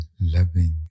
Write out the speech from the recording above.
loving